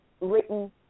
written